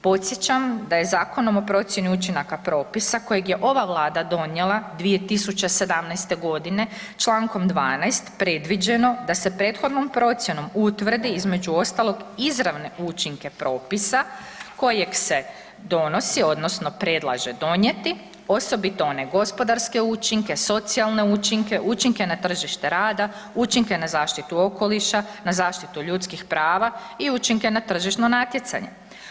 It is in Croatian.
Podsjećam da je Zakonom o procjeni učinaka propisa kojeg je ova vlada donijela 2017.g. čl. 12. predviđeno da se prethodnom procjenom utvrdi između ostalog izravne učinke propisa kojeg se donosi odnosno predlaže donijeti osobito one gospodarske učinke, socijalne učinke, učinke na tržište rada, učinke na zaštitu okoliša, na zaštitu ljudskih prava i učinke na tržišno natjecanje.